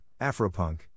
Afropunk